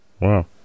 wow